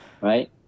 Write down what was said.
right